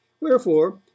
Wherefore